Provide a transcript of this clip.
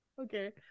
Okay